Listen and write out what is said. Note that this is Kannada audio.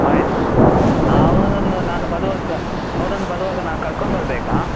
ಆಯ್ತು ಅವನನ್ನು ನಾನು ಬರುವಾಗ ಅವನನ್ನು ಬರುವಾಗ ನಾ ಕರ್ಕೊಂಬರಬೇಕಾ